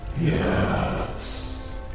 Yes